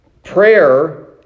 Prayer